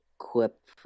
equip